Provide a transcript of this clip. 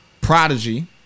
Prodigy